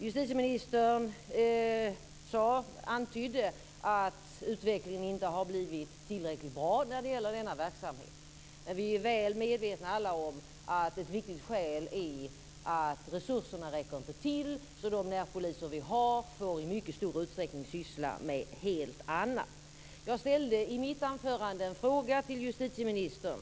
Justitieministern antydde att utvecklingen inte har varit tillräckligt bra när det gäller denna verksamhet. Vi är alla väl medvetna om att ett viktigt skäl är att resurserna inte räcker till. De närpoliser vi har får i mycket stor utsträckning syssla med helt andra saker. Jag ställde i mitt anförande en fråga till justitieministern.